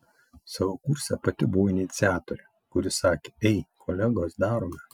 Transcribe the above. savo kurse pati buvau iniciatorė kuri sakė ei kolegos darome